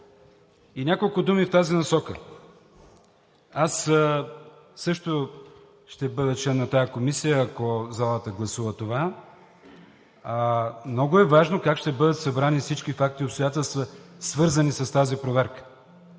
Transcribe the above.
И няколко думи в тази насока. Аз също ще бъда член на тази комисия, ако залата гласува това. Много е важно как ще бъдат събрани всички факти и обстоятелства, свързани с тази проверка.